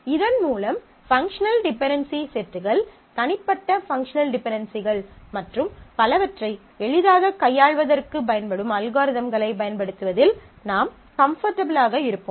இதன் மூலம் functional dependency செட்கள் தனிப்பட்ட பங்க்ஷனல் டிபென்டென்சிகள் மற்றும் பலவற்றை எளிதாகக் கையாள்வதற்குப் பயன்படும் அல்காரிதம்களைப் பயன்படுத்துவதில் நாம் கம்ஃபோர்ட்டபிளாக இருப்போம்